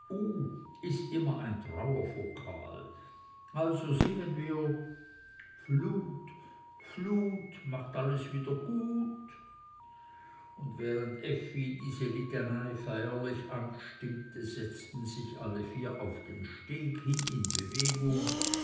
ist immer trauervokal also singen wir flut flut mach alles wieder gut und während effi diese litanei feierlich anstimmte setzten sich alle vier auf den steg hin in bewegung